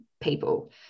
people